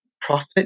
profit